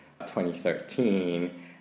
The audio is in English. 2013